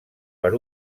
per